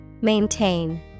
Maintain